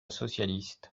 socialiste